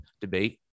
debate